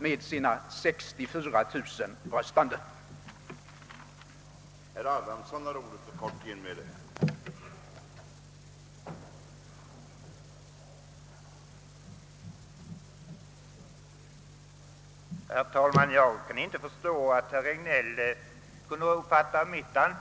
med sina 64 000 röstande för 42,8 enheter.